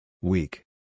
Weak